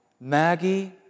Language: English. Maggie